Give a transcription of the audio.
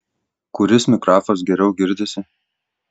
kuris mikrafas geriau girdisi